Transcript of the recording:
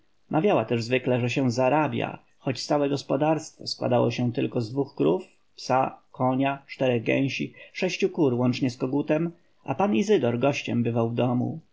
mawiała też zwykle że się zarabia choć całe gospodarstwo składało się tylko z dwóch krów psa konia czterech gęsi sześciu kur łącznie z kogutem a pan izydor gościem bywał w domu